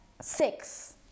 six